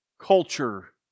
culture